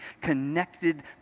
connected